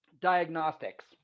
diagnostics